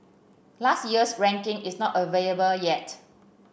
last year's ranking is not available yet